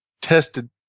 tested